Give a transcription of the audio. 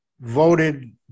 voted